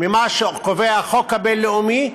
ממה שקובע החוק הבין-לאומי,